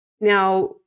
Now